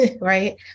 right